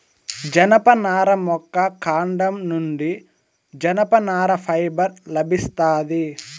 జనపనార మొక్క కాండం నుండి జనపనార ఫైబర్ లభిస్తాది